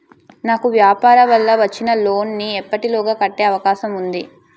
నాకు వ్యాపార వల్ల వచ్చిన లోన్ నీ ఎప్పటిలోగా కట్టే అవకాశం ఉంది?